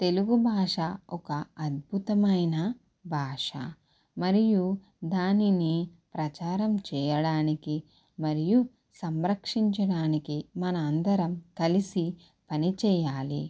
తెలుగుభాష ఒక అద్భుతమైన భాష మరియు దానిని ప్రచారం చేయడానికి మరియు సంరక్షించడానికి మన అందరం కలిసి పని చేయాలి